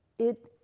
it,